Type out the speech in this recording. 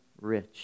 rich